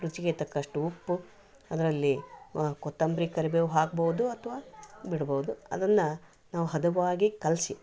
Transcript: ರುಚಿಗೆ ತಕ್ಕಷ್ಟು ಉಪ್ಪು ಅದರಲ್ಲಿ ಕೊತ್ತಂಬರಿ ಕರಿಬೇವು ಹಾಕ್ಬೋದು ಅಥವಾ ಬಿಡ್ಬೋದು ಅದನ್ನ ನಾವು ಹದವಾಗಿ ಕಲಿಸಿ